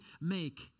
make